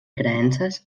creences